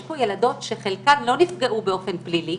יש ילדות שחלקן לא נפגעו באופן פלילי